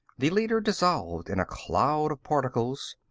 the leader dissolved in a cloud of particles.